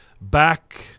back